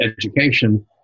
education